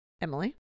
Emily